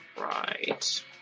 Right